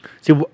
See